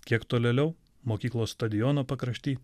kiek tolėliau mokyklos stadiono pakrašty